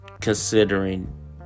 considering